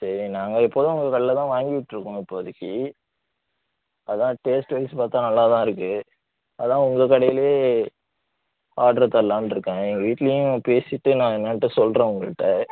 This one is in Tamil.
சரி நாங்கள் எப்போதும் உங்கள் கடையில்தான் வாங்கிட்டிருக்கோம் இப்போதைக்கு அதுதான் டேஸ்ட்வைஸ் பார்த்தா நல்லாதான் இருக்குது அதுதான் உங்கள் கடையிலையே ஆர்டர் தரலாம்னுருக்கேன் எங்கள் வீட்டிலியும் பேசிட்டு நான் என்னான்ட்டு சொல்கிறன் உங்கள்கிட்ட